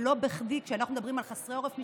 ולא בכדי, כשאנחנו מדברים על חסרי עורף משפחתי,